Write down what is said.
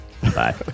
Bye